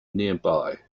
nearby